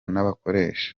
n’abakoresha